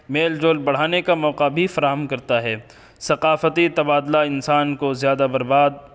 میل جول بڑھانے کا موقع بھی فراہم کرتا ہے ثقافتی تبادلہ انسان کو زیادہ برباد